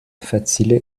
facile